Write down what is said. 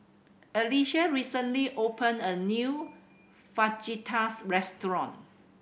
Alicia recently opened a new Fajitas restaurant